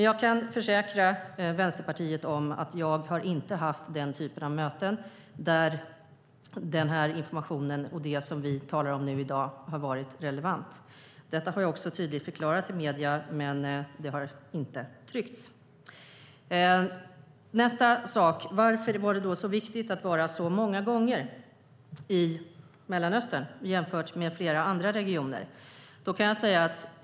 Jag kan försäkra Vänsterpartiet att jag inte har haft möten där den information och det som vi talar om i dag har varit relevant. Det har jag tydligt förklarat för medierna, men det har inte tryckts. Så till nästa fråga: Varför var det så viktigt att vara i Mellanöstern så många gånger jämfört med flera andra regioner?